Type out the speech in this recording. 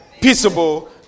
peaceable